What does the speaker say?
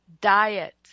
diet